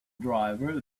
driver